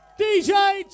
DJ